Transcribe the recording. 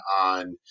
on